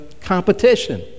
competition